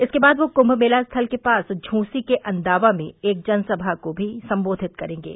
इसके बाद वह कुंभ मेला स्थल के पास झूंसी के अंदावा में एक जनसमा को भी संबोधित करेंगे